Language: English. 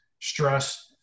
stress